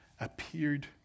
appeared